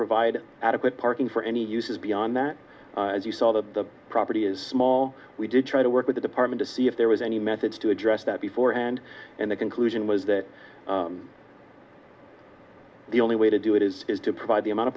provide adequate parking for any uses beyond that as you saw the property is small we did try to work with the department of see if there was any methods to address that before and then the conclusion was that the only way to do it is is to provide the amount of